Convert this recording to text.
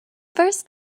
first